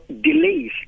delays